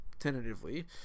tentatively